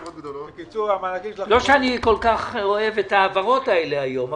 לא שאני כל כך אוהב את ההעברות האלה היום,